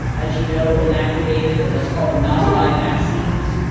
as you know, inactivated, or let's call them non live vaccines,